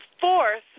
fourth